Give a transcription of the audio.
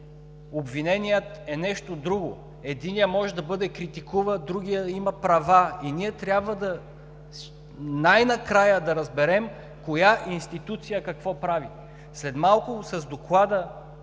обвиненият е нещо друго. Единият може да бъде критикуван, другият има права и ние трябва най-накрая да разберем коя институция какво прави. След малко, когато